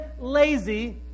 lazy